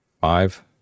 Five